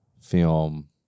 film